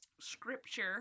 scripture